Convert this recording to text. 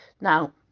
Now